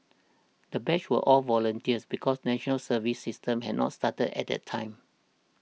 the batch were all volunteers because the National Service system had not started at the time